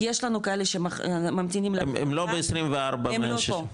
יש לנו כאלה שממתינים ל- -- הם לא ב-24,160 אלף?